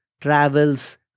travels